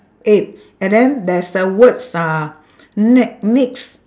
eight and then there's a words uh ne~ next